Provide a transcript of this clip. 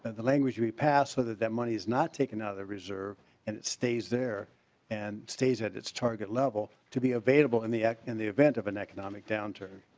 and the language we passed so that that money's not take another reserve and it stays there and stays at its target level to be available in the act in and the event of an economic downturn.